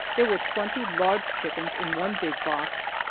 there were twenty large chickens in one big box,